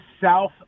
south